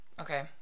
okay